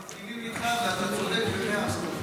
איתך, ואתה צודק במאה אחוז.